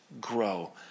grow